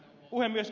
puhemies